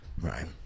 right